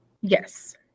Yes